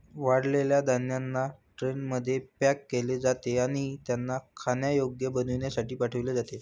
वाळलेल्या धान्यांना ट्रेनमध्ये पॅक केले जाते आणि त्यांना खाण्यायोग्य बनविण्यासाठी पाठविले जाते